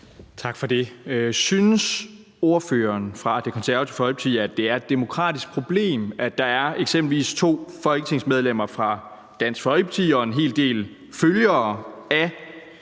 Tak for det. Synes ordføreren fra Det Konservative Folkeparti, at det er et demokratisk problem, at der er eksempelvis to folketingsmedlemmer fra Dansk Folkeparti og en hel del følgere af